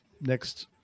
next